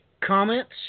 comments